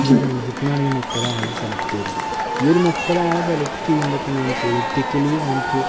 നമ്മുടെ രാജ്യത്തു നിന്നാണീ മുപ്പതാളെ സെലക്റ്റ് ചെയ്യുന്നത് ഈയൊരു മുപ്പതാളെ സെലക്റ്റ് ചെയ്യുമ്പത്തന്നൈന് പൊളിറ്റിക്കലീ ആൻഡ്